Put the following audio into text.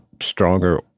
stronger